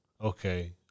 okay